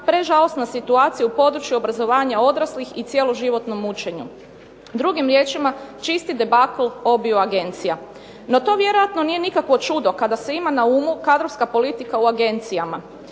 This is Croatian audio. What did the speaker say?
prežalosna situacija u području obrazovanja odraslih i cijeloživotnom učenju. Drugim riječima, čisti debakla obiju agencija. No to vjerojatno nije nikakvo čudo kada se ima na umu kadrovska politika u agencijama.